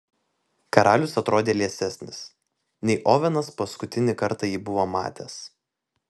karalius atrodė liesesnis nei ovenas paskutinį kartą jį buvo matęs